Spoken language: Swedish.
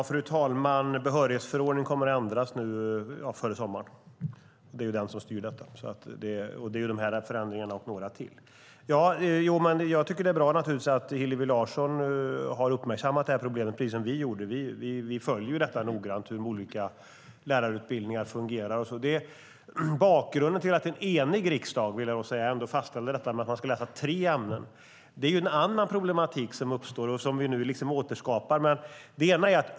Fru talman! Behörighetsförordningen, som styr detta, kommer att ändras nu före sommaren. Det gäller dessa förändringar och några till. Jag tycker naturligtvis att det är bra att Hillevi Larsson har uppmärksammat detta problem, precis som vi har gjort. Vi följer noga hur de olika lärarutbildningarna fungerar. Det finns en bakgrund till att en enig riksdag fastställde att man skulle läsa tre ämnen. Det är en annan problematik som uppstår och som vi nu återskapar.